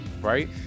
right